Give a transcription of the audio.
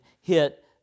hit